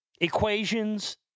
equations